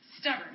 stubborn